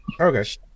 Okay